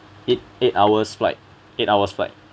eight eight hours flight eight hours flight